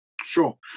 Sure